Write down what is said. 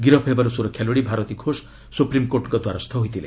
ଗିରଫ୍ ହେବାରୁ ସୁରକ୍ଷା ଲୋଡ଼ି ଭାରତୀ ଘୋଷ ସୁପ୍ରିମ୍କୋର୍ଟଙ୍କ ଦ୍ୱାରସ୍ଥ ହୋଇଥିଲେ